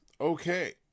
Okay